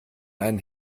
einen